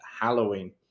Halloween